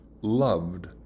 loved